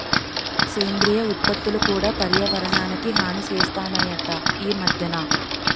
సేంద్రియ ఉత్పత్తులు కూడా పర్యావరణానికి హాని సేస్తనాయట ఈ మద్దెన